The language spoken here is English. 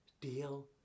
deal